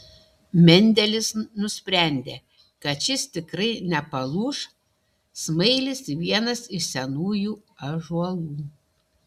mendelis nusprendė kad šis tikrai nepalūš smailis vienas iš senųjų ąžuolų